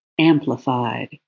amplified